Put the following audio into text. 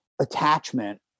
attachment